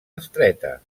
estreta